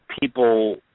people